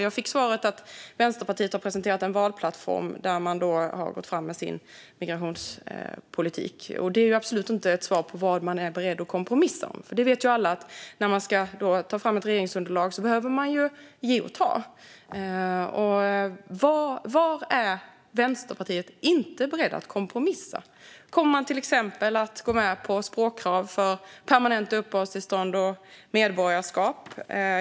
Jag fick svaret att Vänsterpartiet har presenterat en valplattform där man har gått fram med sin migrationspolitik. Det var absolut inte ett svar på vad man är beredd att kompromissa om. Alla vet ju att det behöver ges och tas när det ska tas fram ett regeringsunderlag. Vad är Vänsterpartiet inte berett att kompromissa om? Kommer man till exempel att gå med på språkkrav för permanenta uppehållstillstånd och medborgarskap?